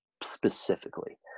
specifically